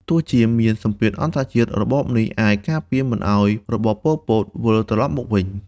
ទោះជាមានសម្ពាធអន្តរជាតិ របបនេះអាចការពារមិនឱ្យរបប ប៉ុល ពត វិលត្រឡប់មកវិញ។